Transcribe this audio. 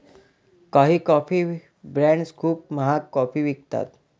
काही coffee brands खूप महाग कॉफी विकतात